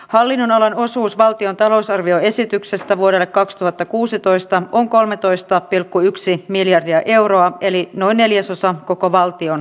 hallinnonalan osuus valtion talousarvioesityksestä vuodelle kaksituhattakuusitoista on hallitus arvioi että leikkaamalla subjektiivista päivähoito oikeutta olisi saatavissa säästöjä